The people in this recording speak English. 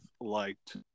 liked